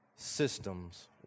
systems